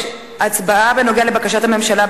הצבעה על בקשת הממשלה,